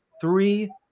three